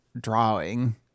drawing